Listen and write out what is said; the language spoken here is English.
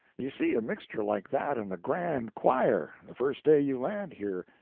you see a mixture like that in the grand choir, the first day you land here,